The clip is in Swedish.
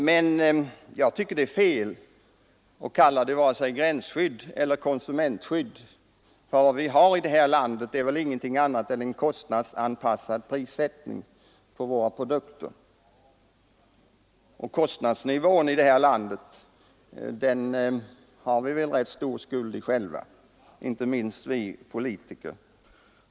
Jag tycker dock det är fel att använda benämningen gränsskydd för jordbruk eller konsumenter. Vi har helt enkelt en prissättning på våra produkter, anpassad till den kostnadsnivå vi har i landet. Om den nu är hög har vi en rätt stor skuld själva till det, inte minst vi politiker.